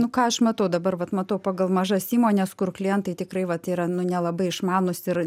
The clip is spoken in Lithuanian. nu ką aš matau dabar vat matau pagal mažas įmones kur klientai tikrai vat yra nu nelabai išmanūs ir